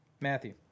Matthew